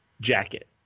jacket